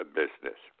business